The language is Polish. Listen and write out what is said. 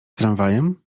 tramwajem